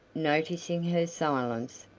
noticing her silence,